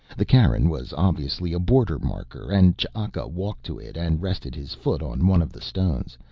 the cairn was obviously a border marker and ch'aka walked to it and rested his foot on one of the stones,